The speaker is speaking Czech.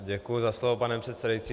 Děkuji za slovo, pane předsedající.